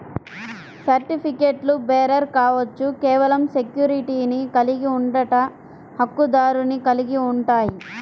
సర్టిఫికెట్లుబేరర్ కావచ్చు, కేవలం సెక్యూరిటీని కలిగి ఉండట, హక్కుదారుని కలిగి ఉంటాయి,